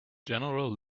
general